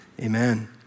amen